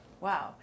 Wow